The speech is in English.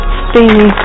steamy